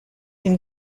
une